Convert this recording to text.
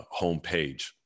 homepage